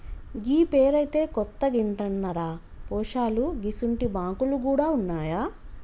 గీ పేరైతే కొత్తగింటన్నరా పోశాలూ గిసుంటి బాంకులు గూడ ఉన్నాయా